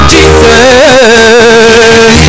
Jesus